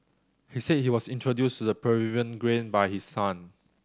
he said he was introduced the Peruvian grain by his son